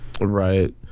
Right